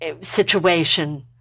situation